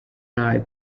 deny